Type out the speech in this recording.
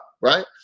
right